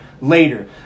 Later